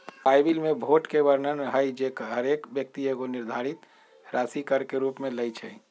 Bible में भोट के वर्णन हइ जे हरेक व्यक्ति एगो निर्धारित राशि कर के रूप में लेँइ छइ